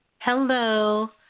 Hello